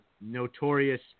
notorious